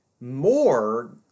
more